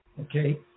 Okay